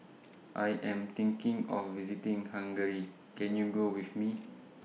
I Am thinking of visiting Hungary Can YOU Go with Me